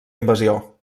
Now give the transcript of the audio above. invasió